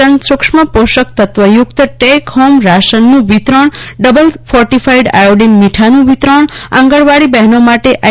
ton સૂક્ષ્મ પોષક તત્વયુક્ત ટેક હોમ રાશનનું વિતરજ્ઞ ડબલ ફોર્ટીફાઇડ આયોડીન મીઠાનું વિતરણ આંગણવાડી બહેનો માટે આઇ